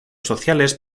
sociales